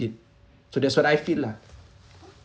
it so that's what I feel lah